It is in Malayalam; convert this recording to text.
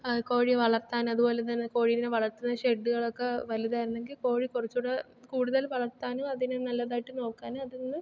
കോഴി വളർത്താൻ അതുപോലെ തന്നെ കോഴീനെ വളർത്തുന്ന ഷെഡുകളൊക്കെ വലുതായിരുന്നെങ്കിൽ കോഴി കുറച്ചു കൂടി കൂടുതൽ വളർത്താനും അതിനെ നല്ലതായിട്ടു നോക്കാനും അതിന്ന്